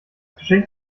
geschenk